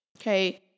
Okay